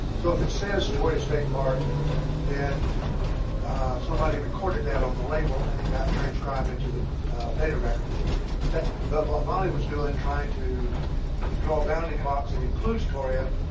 so if it says torreya state park then somebody recorded that on the label and it got transcribed into the data record that but what molly was doing trying to draw bounding box that includes torreya